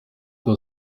two